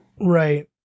Right